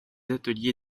ateliers